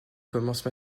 commencent